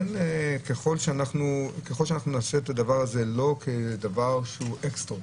הדבר הזה הוא לא אקסטרה.